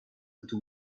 into